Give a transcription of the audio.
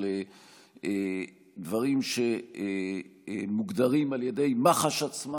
של דברים שמוגדרים על ידי מח"ש עצמה,